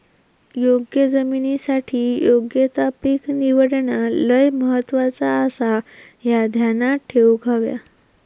योग्य जमिनीसाठी योग्य ता पीक निवडणा लय महत्वाचा आसाह्या ध्यानात ठेवूक हव्या